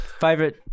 favorite